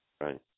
Right